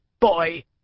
boy